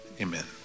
Amen